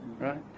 Right